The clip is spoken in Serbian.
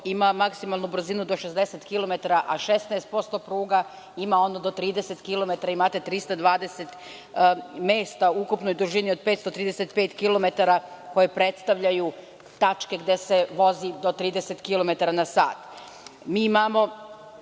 ima maksimalnu brzinu do 60 km, a 16% pruga ima do 30 km, ima 320 mesta u ukupnoj dužini od 535 km koje predstavljaju tačke gde se vozi do 30 km na